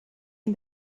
est